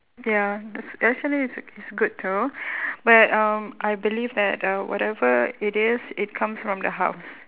ya this actually it's it's good too but um I believe that uh whatever it is it comes from the house